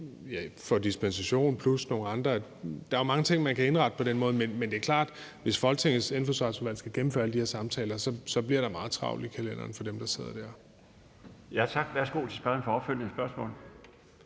som får dispensation, plus nogle andre. Der er mange ting, man kan indrette på den måde, men det er klart, at hvis Folketingets Indfødsretsudvalg skal gennemføre alle de her samtaler, bliver der meget travlt i kalenderen for dem, der sidder dér. Kl. 13:02 Den fg. formand (Bjarne